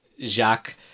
Jacques